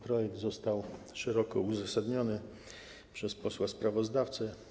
Projekt został szeroko uzasadniony przez posła sprawozdawcę.